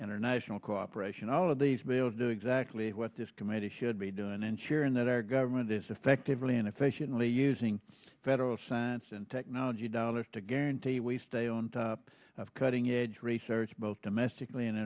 international cooperation all of these bills do exactly what this committee should be doing ensuring that our government is effectively and efficiently using federal science and technology dollars to guarantee we stay on top of cutting edge research both domestically and